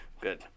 good